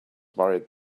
worried